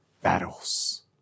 battles